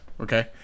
okay